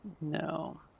No